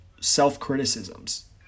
self-criticisms